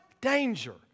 danger